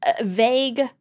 vague